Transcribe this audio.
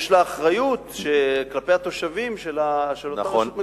יש לה אחריות כלפי התושבים של אותה רשות מקומית.